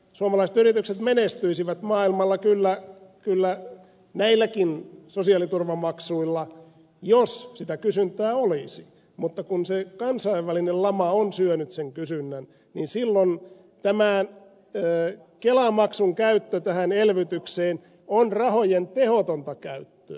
suomalaiset yritykset menestyisivät maailmalla kyllä näilläkin sosiaaliturvamaksuilla jos sitä kysyntää olisi mutta kun se kansainvälinen lama on syönyt sen kysynnän niin silloin kelamaksun käyttö elvytykseen on rahojen tehotonta käyttöä